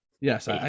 Yes